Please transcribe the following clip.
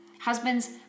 Husbands